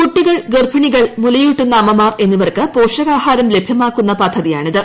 കുട്ടികൾ ഗർഭിണികൾ മുലയൂട്ടുന്ന അമ്മമാർ എന്നിവർക്ക് പോഷകാഹാരം ലഭ്യമാക്കുന്ന പദ്ധതിയാണിത്